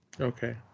Okay